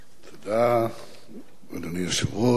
אדוני היושב-ראש, חברי חברי הכנסת,